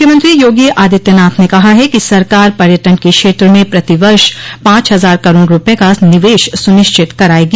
मुख्यमंत्री योगी आदित्यनाथ ने कहा है कि सरकार पर्यटन के क्षेत्र में प्रति वर्ष पांच हजार करोड़ रूपये का निवेश सुनिश्चित करायेगी